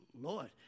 Lord